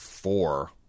four